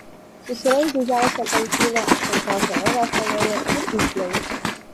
susiras gūdžiausią tankynę tamsiausią olą saloje ir įšliauš